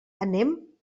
anem